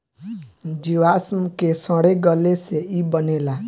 जीवाश्म के सड़े गले से ई बनेला